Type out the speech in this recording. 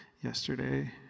yesterday